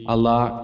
Allah